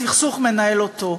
הסכסוך מנהל אותו.